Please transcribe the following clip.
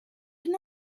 can